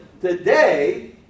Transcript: today